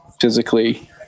physically